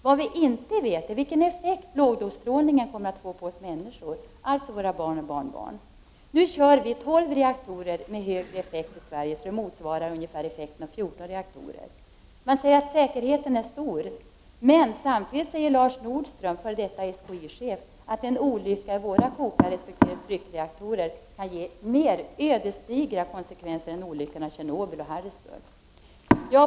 Vad vi inte vet är vilken effekt lågdosstrålningen kommer att få på oss människor, alltså på våra barn och barnbarn. Nu kör vi i Sverige 12 reaktorer med högre effekt; det motsvarar ungefär effekten av 14 reaktorer. Man säger att säkerheten är stor. Men samtidigt säger Lars Nordström, f.d. SKI-chef, att en olycka i våra kokarresp. tryckreaktorer kan ge mer ödesdigra konsekvenser än olyckorna i Tjernobyl och Harrisburg.